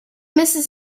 mrs